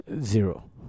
Zero